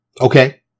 Okay